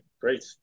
great